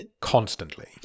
Constantly